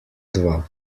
dva